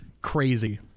crazy